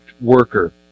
worker